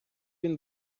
він